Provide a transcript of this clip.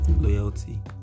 loyalty